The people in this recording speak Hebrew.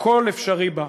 הכול אפשרי בה,